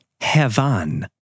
heaven